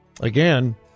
Again